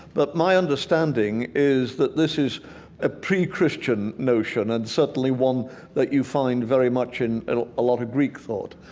but my understanding is that this is a pre-christian notion and certainly one that you find very much in and a lot of greek thought.